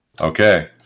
Okay